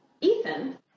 Ethan